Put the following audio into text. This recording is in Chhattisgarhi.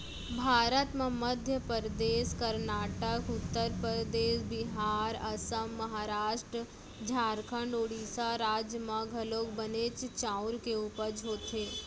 भारत म मध्य परदेस, करनाटक, उत्तर परदेस, बिहार, असम, महारास्ट, झारखंड, ओड़ीसा राज म घलौक बनेच चाँउर के उपज होथे